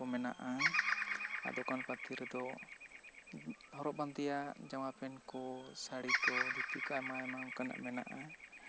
ᱠᱚ ᱢᱮᱱᱟᱜ ᱟ ᱟᱫᱚ ᱫᱚᱠᱟᱱ ᱯᱟᱛᱤ ᱨᱮᱫᱚ ᱦᱚᱨᱚᱜ ᱵᱟᱸᱫᱮᱭᱟᱜ ᱡᱟᱢᱟ ᱯᱮᱱᱴ ᱠᱚ ᱥᱟᱹᱲᱤ ᱠᱚ ᱫᱷᱩᱛᱤ ᱠᱚ ᱟᱭᱢᱟ ᱟᱭᱢᱟ ᱚᱱᱠᱟᱱᱟᱜ ᱢᱮᱱᱟᱜ ᱟ